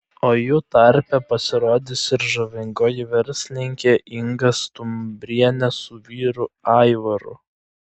o jų tarpe pasirodys ir žavingoji verslininkė inga stumbrienė su vyru aivaru